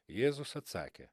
jėzus atsakė